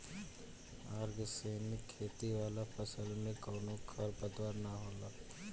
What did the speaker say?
organic खेती वाला फसल में कवनो खर पतवार ना होखेला